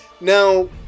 Now